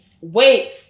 Wait